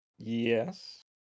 Yes